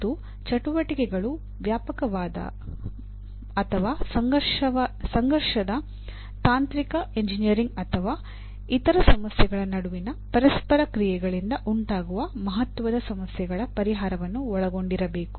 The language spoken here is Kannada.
ಮತ್ತು ಚಟುವಟಿಕೆಗಳು ವ್ಯಾಪಕವಾದ ಅಥವಾ ಸಂಘರ್ಷದ ತಾಂತ್ರಿಕ ಎಂಜಿನಿಯರಿಂಗ್ ಅಥವಾ ಇತರ ಸಮಸ್ಯೆಗಳ ನಡುವಿನ ಪರಸ್ಪರ ಕ್ರಿಯೆಗಳಿಂದ ಉಂಟಾಗುವ ಮಹತ್ವದ ಸಮಸ್ಯೆಗಳ ಪರಿಹಾರವನ್ನು ಒಳಗೊಂಡಿರಬೇಕು